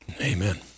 Amen